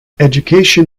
education